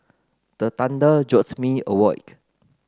the thunder jolts me awake